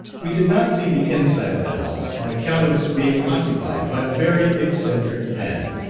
we did not see the inside of the house, on account of its being occupied by a very eccentric man,